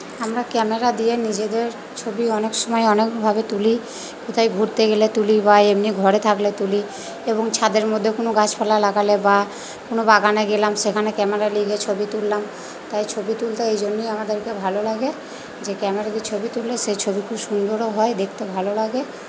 আমরা ক্যামেরা দিয়ে নিজেদের ছবি অনেক সময় অনেকভাবে তুলি কোথায় ঘুরতে গেলে তুলি বা এমনি ঘরে থাকলে তুলি এবং ছাদের মধ্যে কুনো গাছপালা লাগালে বা কুনো বাগানে গেলাম সেখানে ক্যামেরা নিয়ে গিয়ে ছবি তুললাম তাই ছবি তুলতে এই জন্যই আমাদেরকে ভালো লাগে যে ক্যামেরা দিয়ে ছবি তুললে সে ছবি খুব সুন্দরও হয় দেখতে ভালো লাগে